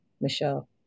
Michelle